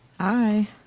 Hi